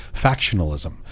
factionalism